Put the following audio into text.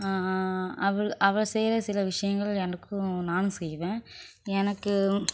அவள் அவ செய்கிற சில விஷயங்கள் எனக்கும் நானும் செய்வேன் எனக்கு